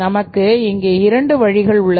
நமக்கு இங்கே இரண்டு வழிகள் உள்ளது